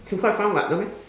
still quite fun [what] no meh